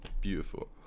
beautiful